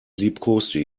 liebkoste